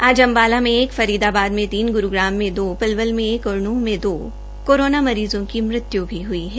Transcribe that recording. आज अम्बाला में एक फरीदाबाद में तीन ग्रूग्राम में दो पलवल में एक और नृंह में दो कोरोना मरीज़ों की मृत्यु भी हुई है